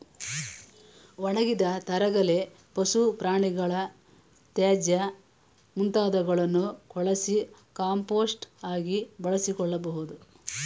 ಒಣಗಿದ ತರಗೆಲೆ, ಪಶು ಪ್ರಾಣಿಗಳ ತ್ಯಾಜ್ಯ ಮುಂತಾದವುಗಳನ್ನು ಕೊಳಸಿ ಕಾಂಪೋಸ್ಟ್ ಆಗಿ ಬಳಸಿಕೊಳ್ಳಬೋದು